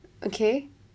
okay